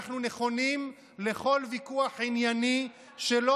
אנחנו נכונים לכל ויכוח ענייני שלא